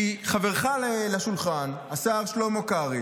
כי חברך לשולחן, השר שלמה קרעי,